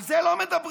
על זה לא מדברים.